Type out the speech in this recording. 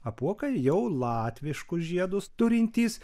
apuokai jau latviškus žiedus turintys